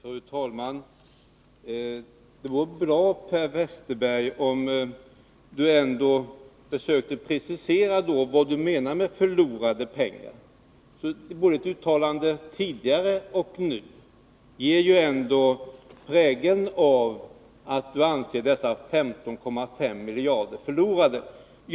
Fru talman! Det vore bra om Per Westerberg försökte precisera vad han menar med förlorade pengar. Både det tidigare och det senaste uttalandet präglas av att han anser att dessa 15,5 miljarder inte kommit till någon nytta.